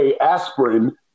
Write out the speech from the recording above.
aspirin